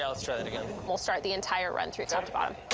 yeah, let's try that again. we'll start the entire run-through top to bottom.